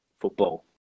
football